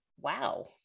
wow